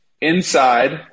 inside